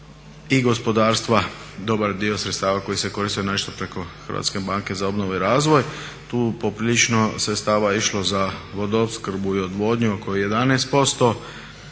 i gospodarstva dobar dio sredstava koji se koristio nešto preko Hrvatske banke za obnovu i razvoj. Tu poprilično sredstava je išlo za vodoopskrbu i odvodnju oko 11%,